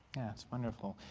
that's wonderful.